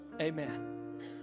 Amen